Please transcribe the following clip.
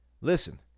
Listen